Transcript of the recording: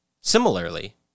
Similarly